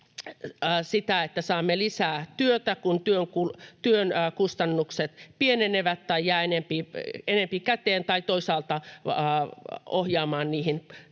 sitä, että saamme lisää työtä, kun työn kustannukset pienenevät tai jää enempi käteen, tai toisaalta ohjata niihin ympäristölle